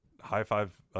high-five